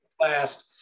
last